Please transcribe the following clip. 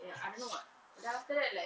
ya I don't know ah then after that like